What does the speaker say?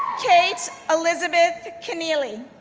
kate elizabeth kenneally,